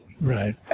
right